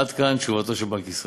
עד כאן תשובתו של בנק ישראל.